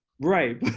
right,